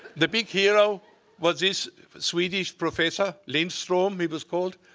the big hero was this swedish professor. lindstrom, he was called.